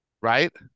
Right